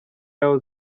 yaho